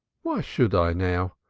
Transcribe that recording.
why should i now?